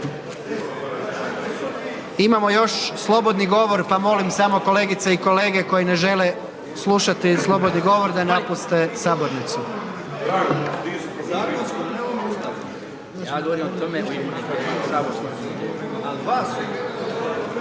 Imamo još slobodni govor pa molim samo kolegice i kolege koji ne žele slušati slobodni govor da napuste sabornicu.